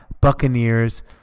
Buccaneers